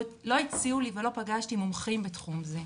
לא הציעו לי ולא פגשתי מומחים בתחום זה,